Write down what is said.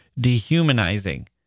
dehumanizing